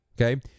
Okay